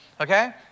okay